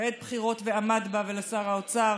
בעת בחירות ועמד בה, ולשר האוצר.